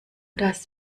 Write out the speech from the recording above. das